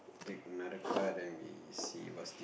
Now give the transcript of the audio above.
take another card then we see what's the